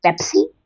Pepsi